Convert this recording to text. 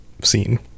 scene